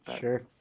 Sure